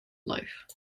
life